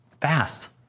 fast